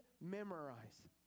memorize